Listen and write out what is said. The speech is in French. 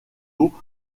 eau